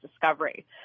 discovery